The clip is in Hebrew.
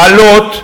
מכניסים אליו אלות,